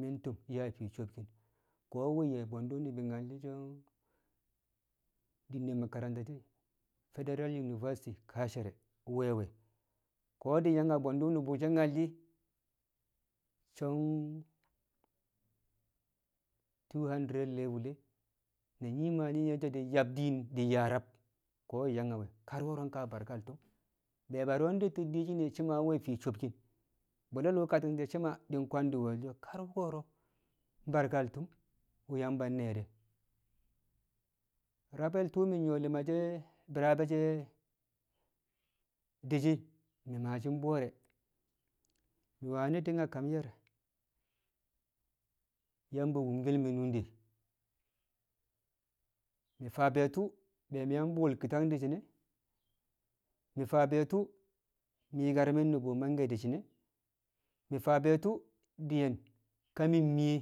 mi̱ tṵm nyang fii so̱bki̱n ko̱ nwe̱ be̱ bwe̱ndu̱ ni̱bi̱ nyal so̱ din Makaranta she̱ Federal University Kashere ko̱ we̱ a wẹ, ko̱ di̱ yang bwe̱ndi nṵbṵ nyal so̱ Two Hundred Level na nyii Maa nyi̱ nyal shi di̱ yab din di̱ yaa rab ko̱ di̱ a yaa we̱, wo̱ro̱ kar ka barkal tṵm. Be̱e̱ bare detto̱ diyeshin shi̱ ma we̱ fii sobkin be̱e̱lo̱ wṵ kati̱ng she̱ di̱ kwangdi̱ wolsho kar bi̱ ko̱ro̱ barkal tṵm wṵ Yamba ne̱e̱ de̱. Rabe̱ tṵṵ mi̱ nyṵwo̱ li̱ma she̱ bi̱raabe she̱ di̱ shi̱ mi̱ maashi̱ bo̱o̱re̱, mi̱ wani di kam ye̱r Yamba wṵnke̱l nunde mi̱ faa be tṵṵ be mi̱ yang bṵl kitang di̱ shi̱ne̱ mi̱ faa be tṵṵ mi̱ nyi̱karki̱n nu̱bu̱ mangke̱ di̱ shi̱ne̱, mi̱ faa tṵṵ diyen ka mi̱ye̱